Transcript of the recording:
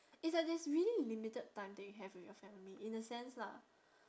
it's like there's really limited time that you have with your family in a sense lah